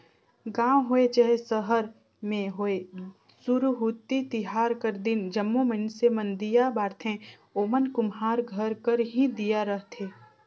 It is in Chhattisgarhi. गाँव होए चहे सहर में होए सुरहुती तिहार कर दिन जम्मो मइनसे मन दीया बारथें ओमन कुम्हार घर कर ही दीया रहथें